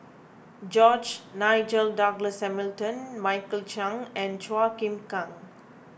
George Nigel Douglas Hamilton Michael Chiang and Chua Chim Kang